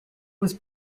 was